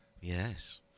yes